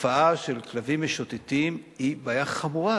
התופעה של כלבים משוטטים היא בעיה חמורה,